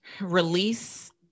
Release